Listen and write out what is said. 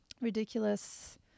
ridiculous